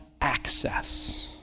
access